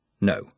No